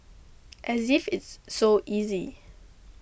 as if it's so easy